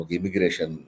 Immigration